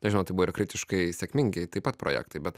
tarnauti buvo ir kritiškai sėkmingi taip pat projektai bet